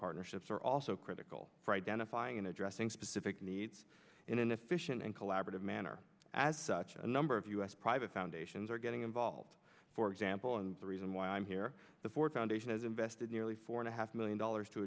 partnerships are also critical for identifying and addressing specific needs in an efficient and collaborative manner as such a number of us private foundations are getting involved for example and the reason why i'm here the ford foundation has invested nearly four and a half million dollars to